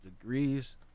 degrees